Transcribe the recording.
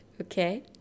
okay